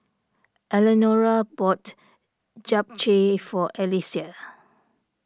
Elenora bought Japchae for Alesia